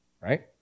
right